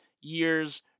year's